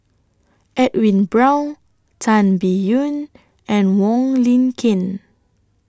Edwin Brown Tan Biyun and Wong Lin Ken